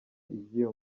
iby’iyo